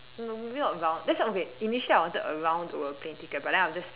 no maybe not round that's why okay initially I wanted a round the world plane ticket but then I just